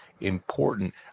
important